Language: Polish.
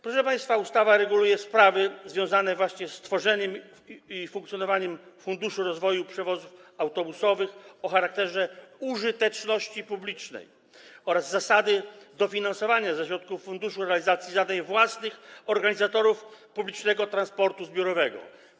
Proszę państwa, ustawa reguluje sprawy związane z tworzeniem i funkcjonowaniem funduszu rozwoju przewozów autobusowych o charakterze użyteczności publicznej oraz zasady dofinansowania ze środków funduszu realizacji zadań własnych organizatorów publicznego transportu zbiorowego.